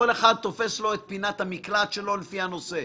כל אחד תופס את פינת המקלט שלו לפי הנושא.